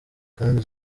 kandi